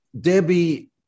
Debbie